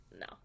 no